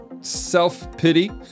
self-pity